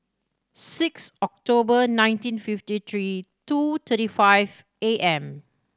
six October nineteen fifty three two thirty five A M